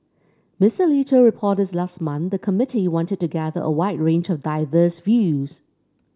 Mister Lee told reporters last month the committee wanted to gather a wide range of diverse views